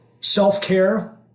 self-care